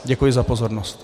Děkuji za pozornost.